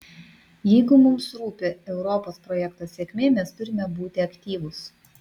jeigu mums rūpi europos projekto sėkmė mes turime būti aktyvūs